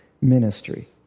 ministry